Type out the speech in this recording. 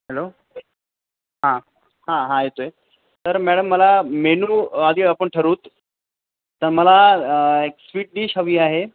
hello हां हां हां येतो आहे तर मॅडम मला मेनू आधी आपण ठरवूत तर मला एक स्वीट डिश हवी आहे